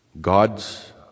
God's